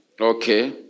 Okay